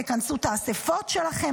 תכנסו את האספות שלכם,